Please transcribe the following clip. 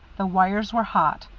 the wires were hot,